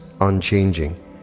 unchanging